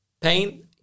pain